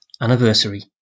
anniversary